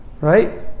Right